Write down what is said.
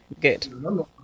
good